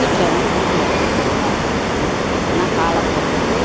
வீட்டில் இருந்து வீட்டு வேலையை செய்வோம் ஆனால் கால போக்குக்கு